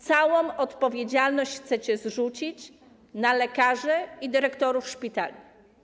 Całą odpowiedzialność chcecie zrzucić na lekarzy i dyrektorów szpitali.